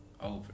over